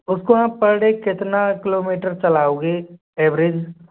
उसको आप per day कितना किलोमीटर चलाओगे एवरेज